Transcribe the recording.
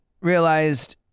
realized